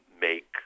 make